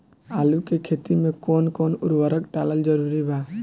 आलू के खेती मे कौन कौन उर्वरक डालल जरूरी बा?